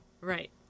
Right